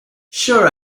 sure